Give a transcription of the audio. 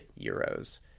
euros